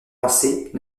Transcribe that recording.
lancées